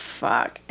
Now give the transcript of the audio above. fuck